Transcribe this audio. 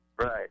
Right